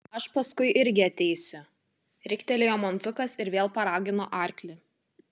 aš paskui irgi ateisiu riktelėjo man zukas ir vėl paragino arklį